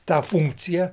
tą funkciją